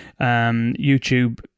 YouTube